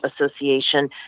association